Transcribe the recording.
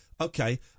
okay